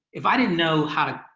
if i didn't know how to.